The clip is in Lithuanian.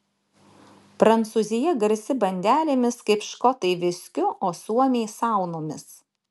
prancūzija garsi bandelėmis kaip škotai viskiu o suomiai saunomis